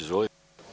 Izvolite.